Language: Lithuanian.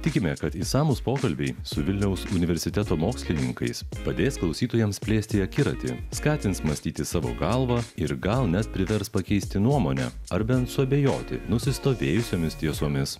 tikime kad išsamūs pokalbiai su vilniaus universiteto mokslininkais padės klausytojams plėsti akiratį skatins mąstyti savo galva ir gal net privers pakeisti nuomonę ar bent suabejoti nusistovėjusiomis tiesomis